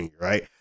right